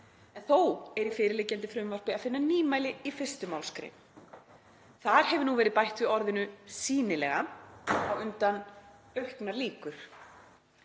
en þó er í fyrirliggjandi frumvarpi að finna nýmæli í 1. mgr. Þar hefur nú verið bætt við orðinu „sýnilega“ á undan „auknar líkur““